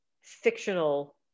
fictional